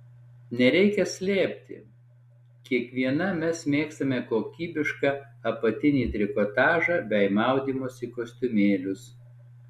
nereikia slėpti kiekviena mes mėgstame kokybišką apatinį trikotažą bei maudymosi kostiumėlius